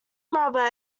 rubber